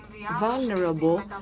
vulnerable